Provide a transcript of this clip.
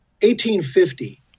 1850